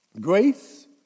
Grace